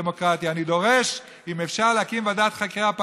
אני לא אישאר לשמוע אותך.